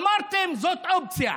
אמרתם: זאת אופציה.